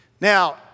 Now